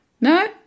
No